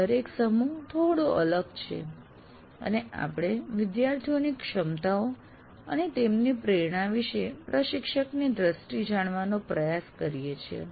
દરેક સમૂહ થોડો અલગ છે અને આપણે વિદ્યાર્થીઓની ક્ષમતાઓ અને તેમની પ્રેરણા વિશે પ્રશિક્ષકની દ્રષ્ટિ જાણવાનો પ્રયાસ કરીએ છીએ